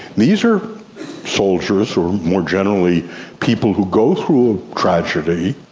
these are soldiers who are more generally people who go through a tragedy,